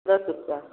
दस रुपया